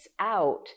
out